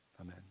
Amen